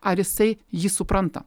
ar jisai jį supranta